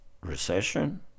recession